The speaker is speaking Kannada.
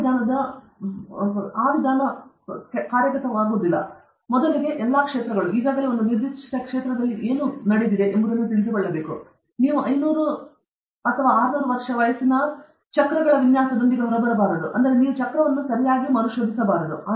ಆ ವಿಧಾನದ ಮೂಲಭೂತ ಸಮಸ್ಯೆ ಮೊದಲಿಗೆ ಎಲ್ಲ ಕ್ಷೇತ್ರಗಳು ಈಗಾಗಲೇ ಒಂದು ನಿರ್ದಿಷ್ಟ ಕ್ಷೇತ್ರದಲ್ಲಿ ಏನು ಮಾಡಲ್ಪಟ್ಟಿದೆ ಎಂಬುದನ್ನು ನಾವು ತಿಳಿದುಕೊಳ್ಳಬೇಕು ಇಲ್ಲದಿದ್ದರೆ ಸಾಗಿಸಲು ಉತ್ತಮವಾದ ಮಾರ್ಗವೆಂದರೆ ವೃತ್ತಾಕಾರದ ಆಕಾರದ ವಸ್ತು ಮಧ್ಯದಲ್ಲಿ ಹಬ್ ಮತ್ತು ಕಡ್ಡಿಗಳು ಮತ್ತು ನೀವು 500 ಅಥವಾ 500 ವರ್ಷ ವಯಸ್ಸಿನ ಅಥವಾ ಚಕ್ರಗಳ ವಿನ್ಯಾಸದೊಂದಿಗೆ ಹೊರಬರುತ್ತಾರೆ ನೀವು ಚಕ್ರವನ್ನು ಸರಿಯಾಗಿ ಮರುಶೋಧಿಸಬಾರದು